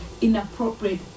inappropriate